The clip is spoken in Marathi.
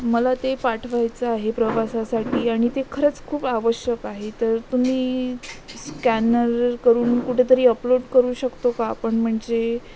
मला ते पाठवायचं आहे प्रवासासाठी आणि ते खरंच खूप आवश्यक आहे तर तुम्ही स्कॅनर करून कुठेतरी अपलोड करू शकतो का आपण म्हणजे